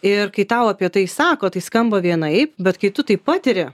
ir kai tau apie tai sako tai skamba vienaip bet kai tu tai patiri